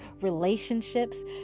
relationships